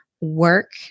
work